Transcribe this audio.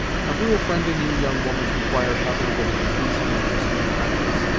have we a friend in you, young woman? enquired hutter with an increasing interest in the conference.